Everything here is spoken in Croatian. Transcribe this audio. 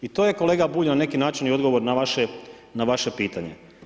I to je kolega Bulj na neki način i odgovor na vaše pitanje.